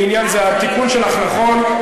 בעניין זה התיקון שלך נכון,